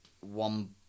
one